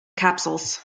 capsules